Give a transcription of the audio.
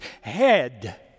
head